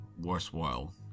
worthwhile